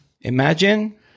Imagine